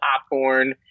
popcorn